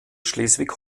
schleswig